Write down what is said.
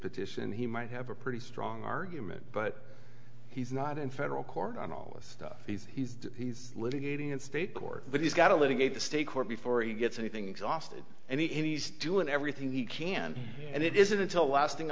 petition he might have a pretty strong argument but he's not in federal court on all this stuff he's he's he's litigating in state court but he's got a little gate the state court before he gets anything exhausted and he's doing everything he can and it isn't until last thing